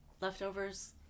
Leftovers